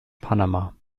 panama